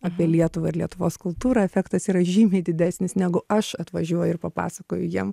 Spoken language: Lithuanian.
apie lietuvą ir lietuvos kultūrą efektas yra žymiai didesnis negu aš atvažiuoju ir papasakoju jiem